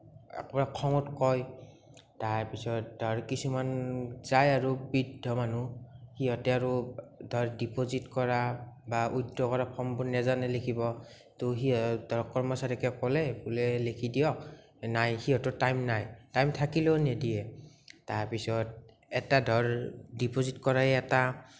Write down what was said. একেবাৰে খঙত কয় তাৰপিছত আৰু কিছুমান যায় আৰু বৃদ্ধ মানুহ সিহঁতে আৰু ধৰ ডিপজিত কৰা বা উইড্ৰ কৰা ফৰ্মবোৰ নাজানে আৰু লিখিব ত' কৰ্মচাৰীকে ক'লে বোলে লিখি দিয়ক নাই সিহঁতৰ টাইম নাই টাইম থাকিলেও নিদিয়ে তাৰপিছত এটা ধৰ ডিপজিত কৰাই এটা